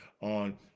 on